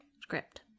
script